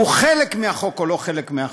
הוא חלק מהחוק או לא חלק מהחוק,